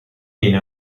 viene